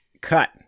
Cut